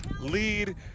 lead